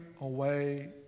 away